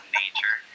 nature